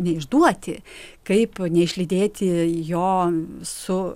neišduoti kaip neišlydėti jo su